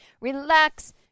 Relax